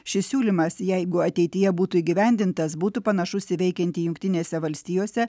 šis siūlymas jeigu ateityje būtų įgyvendintas būtų panašus į veikiantį jungtinėse valstijose